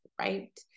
right